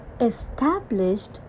established